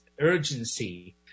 urgency